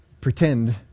pretend